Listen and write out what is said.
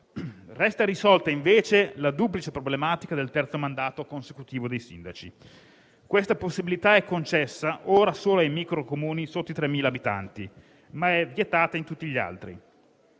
irrisolta la duplice problematica del terzo mandato consecutivo dei sindaci. Questa possibilità è concessa ora solo ai micro Comuni con meno di 3.000 abitanti ed è vietata a tutti gli altri,